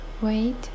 wait